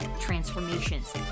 transformations